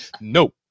Nope